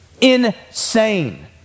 insane